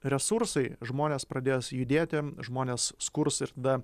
resursai žmonės pradės judėti žmonės skurs ir tada